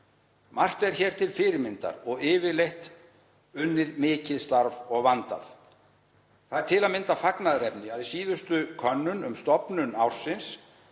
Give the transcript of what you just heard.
Margt er hér til fyrirmyndar og yfirleitt unnið mikið starf og vandað. Það er til að mynda fagnaðarefni að í síðustu könnun um stofnun ársins